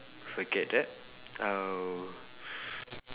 forget that I will